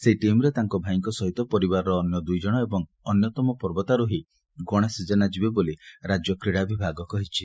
ସେହି ଟିମ୍ରେ ତାଙ୍କ ଭାଇଙ୍କ ସହିତ ପରିବାରର ଅନ୍ୟ ଦୁଇ ଜଶ ଏବଂ ଅନ୍ୟତମ ପର୍ବତାରୋହୀ ଗଣେଶ ଜେନା ଯିବେ ବୋଲି ରାଜ୍ୟ କ୍ରୀଡ଼ା ବିଭାଗ ସ୍ବଷ୍ଟ କରିଛି